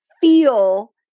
feel